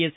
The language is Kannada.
ಎಸ್